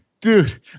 dude